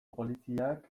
poliziak